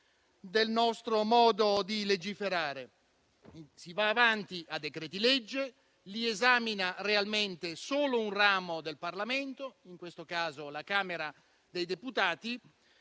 del nostro modo di legiferare. Si va avanti a decreti-legge, li esamina realmente solo un ramo del Parlamento (in questo caso la Camera dei deputati)